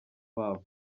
babo